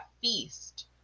feast